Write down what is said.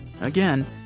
Again